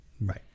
Right